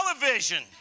television